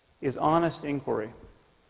is honest inquiry